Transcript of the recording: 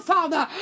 Father